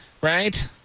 right